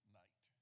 night